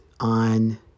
On